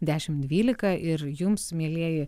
dešimt dvylika ir jums mielieji